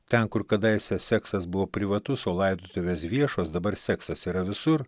ten kur kadaise seksas buvo privatus o laidotuvės viešos dabar seksas yra visur